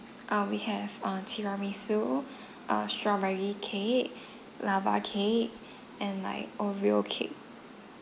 ah we have uh tiramisu uh strawberry cake lava cake and like oreo cake